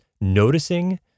noticing